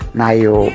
nayo